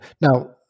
Now